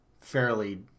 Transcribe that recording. fairly